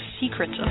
secrets